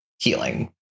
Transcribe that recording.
healing